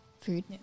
Food